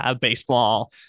Baseball